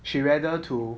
she rather to